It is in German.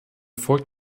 folgt